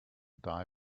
die